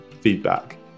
feedback